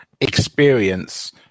experience –